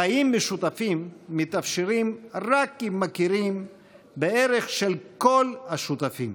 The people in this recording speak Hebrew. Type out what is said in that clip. חיים משותפים מתאפשרים רק אם מכירים בערך של כל השותפים,